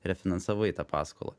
refinansavai tą paskolą